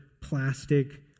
plastic